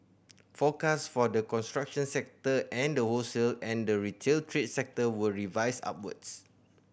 forecast for the construction sector and the wholesale and the retail trade sector were revised upwards